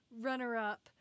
runner-up